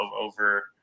over